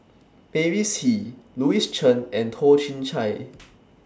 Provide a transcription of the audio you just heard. Mavis Hee Louis Chen and Toh Chin Chye